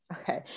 Okay